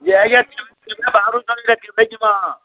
ଯେ ଆଜ୍ଞା ତମେ କେଭେ ବାହାରୁଛନ୍ ଯେ କେଭେ ଯିମା